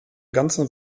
ganzen